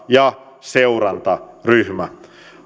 ja seurantaryhmä